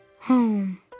Home